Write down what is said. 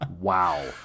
Wow